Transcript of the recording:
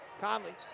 Conley